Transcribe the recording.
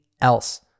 else